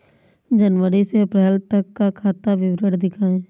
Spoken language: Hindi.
जनवरी से अप्रैल तक का खाता विवरण दिखाए?